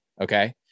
Okay